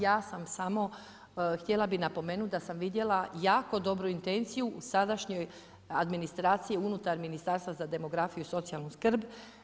Ja sam samo htjela bi napomenuti da sam vidjela jaku dobru intenciju u sadašnjoj administraciji unutar Ministarstva za demografiju i socijalnu skrb.